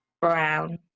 Brown